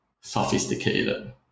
sophisticated